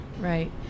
Right